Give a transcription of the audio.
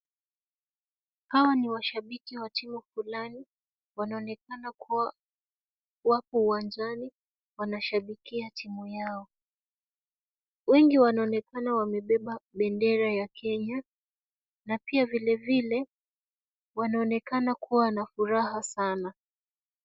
Hawa ni washabiki wa timu fulani. Wanaonekana kuwa wako uwanjani wanashabikia timu yao. Wengi wanaonekana wamebeba bendera ya Kenya na pia vilevile, wanaonekana kuwa na furaha sana.